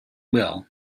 will